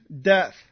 death